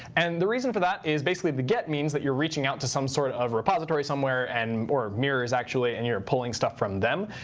and the reason for that is basically the get means that you're reaching out to some sort of repository somewhere and or mirrors, actually, and you're pulling stuff from them.